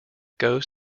goes